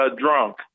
drunk